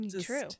True